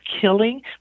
killing